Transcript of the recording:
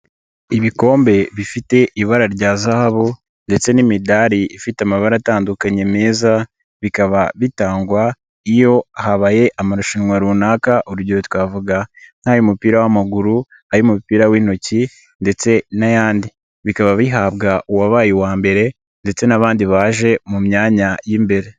Ibikombe bifite ibara rya zahabu ndetse n'imidari ifite amabara atandukanye meza, bikaba bitangwa iyo habaye amarushanwa runaka, urugero twavuga nk'ay'umupira w'amaguru, ay'umupira w'intoki ndetse n'ayandi. Bikaba bihabwa uwabaye uwa mbere ndetse n'abandi baje mu myanya y'imbere.